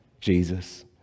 Jesus